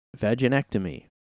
vaginectomy